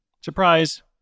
Surprise